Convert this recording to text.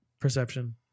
perception